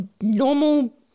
normal